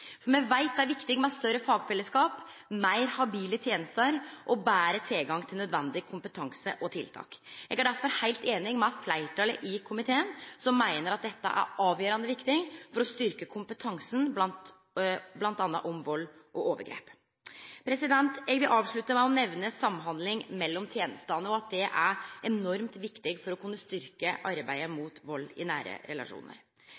Me veit det er viktig med større fagfellesskap, meir habile tenester og betre tilgang til nødvendig kompetanse og tiltak. Eg er derfor heilt einig med fleirtalet i komiteen som meiner at dette er avgjerande viktig for å styrkje kompetansen m.a. om vald og overgrep. Eg vil avslutte med å nemne samhandling mellom tenestene og at det er enormt viktig for å kunne styrkje arbeidet mot vald i nære relasjonar.